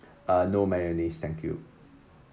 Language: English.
uh no mayonnaise thank you